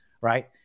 right